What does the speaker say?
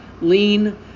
lean